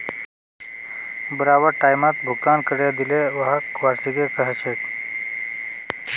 बराबर टाइमत भुगतान करे दिले व्हाक वार्षिकी कहछेक